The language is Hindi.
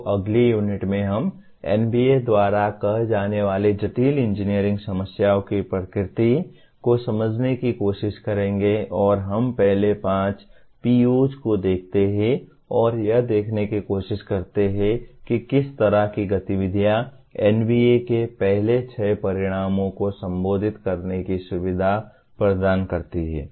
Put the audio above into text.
तो अगली यूनिट में हम NBA द्वारा कह जाने वाले जटिल इंजीनियरिंग समस्याओं की प्रकृति को समझने की कोशिश करेंगे और हम पहले पांच POs को देखते हैं और यह देखने की कोशिश करते हैं कि किस तरह की गतिविधियाँ NBA के पहले 6 परिणामों को संबोधित करने की सुविधा प्रदान करती हैं